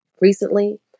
recently